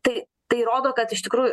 tai tai rodo kad iš tikrųjų